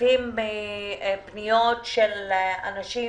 בפניות של אנשים